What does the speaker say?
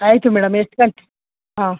ಆಯಿತು ಮೇಡಮ್ ಎಷ್ಟು ಗಂಟೆ ಹಾಂ